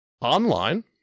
online